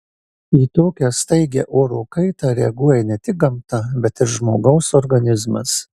į tokią staigią oro kaitą reaguoja ne tik gamta bet ir žmogaus organizmas